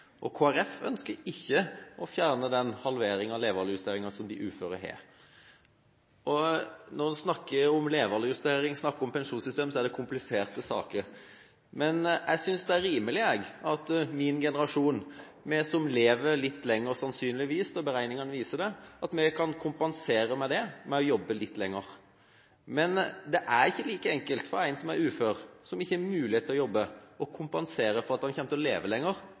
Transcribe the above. ønsker ikke å fjerne den halveringa av levealdersjusteringa som de uføre har. Når en snakker om levealdersjustering, om pensjonssystem, er det kompliserte saker, men jeg synes det er rimelig at min generasjon, vi som sannsynligvis lever litt lenger – beregningene viser det – kan kompensere for det med å jobbe litt lenger. Men det er ikke like enkelt for en som er ufør, som ikke har mulighet til å jobbe, å kompensere for at en kommer til å leve lenger